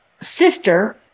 sister